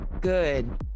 good